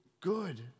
good